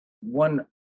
one